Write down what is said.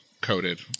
coated